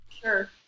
Sure